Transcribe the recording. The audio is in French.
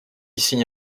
signe